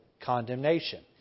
condemnation